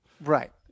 Right